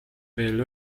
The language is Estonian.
veel